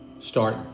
start